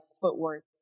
footwork